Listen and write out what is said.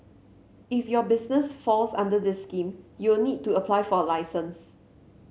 if your business falls under this scheme you'll need to apply for a license